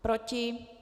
Proti?